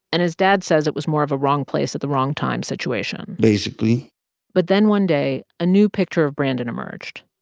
and his dad says it was more of a wrong place at the wrong time situation basically but then one day, a new picture of brandon emerged.